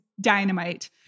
dynamite